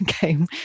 game